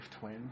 twin